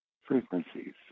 frequencies